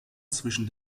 zwischen